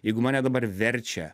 jeigu mane dabar verčia